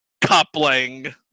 Coupling